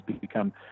become